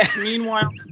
meanwhile